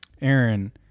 Aaron